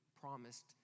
promised